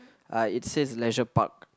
uh it says leisure park